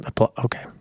Okay